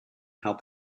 help